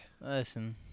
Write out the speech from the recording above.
Listen